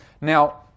Now